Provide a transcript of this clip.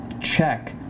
check